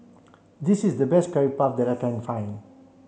this is the best curry puff that I can find